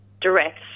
direct